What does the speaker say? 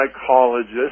psychologist